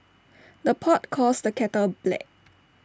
the pot calls the kettle black